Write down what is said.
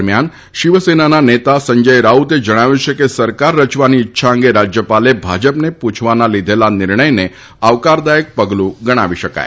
દરમિયાન શિવસેનાના નેતા સંજય રાઉતે જણાવ્યું છે કે સરકાર રચવાની ઇચ્છા અંગે રાજ્યપાલે ભાજપને પૂછવાના લીધેલા નિર્ણયને આવકારદાયક પગલું ગણાવી શકાય